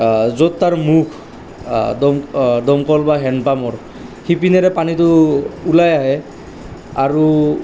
য'ত তাৰ মুখ দম দমকল বা হেণ্ডপাম্পৰ সিপিনেৰে পানীটো ওলাই আহে আৰু